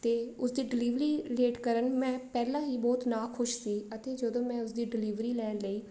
ਅਤੇ ਉਸ ਦੀ ਡਿਲੀਵਰੀ ਲੇਟ ਕਾਰਨ ਮੈਂ ਪਹਿਲਾਂ ਹੀ ਬਹੁਤ ਨਾ ਖੁਸ਼ ਸੀ ਅਤੇ ਜਦੋਂ ਮੈਂ ਉਸਦੀ ਡਿਲੀਵਰੀ ਲੈਣ ਲਈ